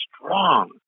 strong